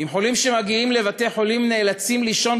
אם חולים שמגיעים לבתי-חולים נאלצים לישון